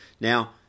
Now